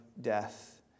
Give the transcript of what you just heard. death